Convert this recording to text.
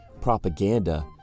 propaganda